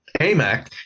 AMAC